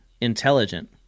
intelligent